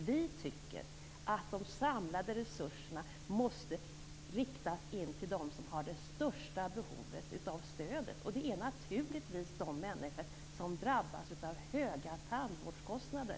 Vi tycker att de samlade resurserna måste riktas till dem som har det största behovet av stödet, och det är naturligtvis de människor som drabbas av höga tandvårdskostnader.